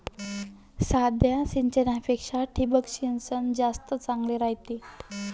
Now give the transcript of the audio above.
साध्या सिंचनापेक्षा ठिबक सिंचन जास्त चांगले रायते